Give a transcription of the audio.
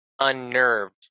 unnerved